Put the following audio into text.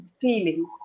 feeling